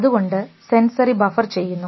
അതുകൊണ്ട് sensory buffer ചെയ്യുന്നു